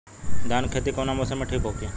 धान के खेती कौना मौसम में ठीक होकी?